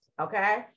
Okay